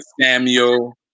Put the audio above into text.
samuel